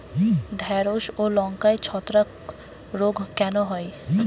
ঢ্যেড়স ও লঙ্কায় ছত্রাক রোগ কেন হয়?